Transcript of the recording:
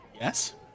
Yes